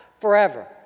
forever